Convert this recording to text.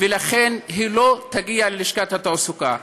ולכן היא לא תגיע ללשכת התעסוקה.